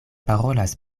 parolas